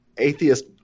Atheist